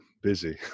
busy